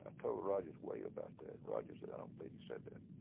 ah told rogers wade about that. rogers said, i don't believe he said that.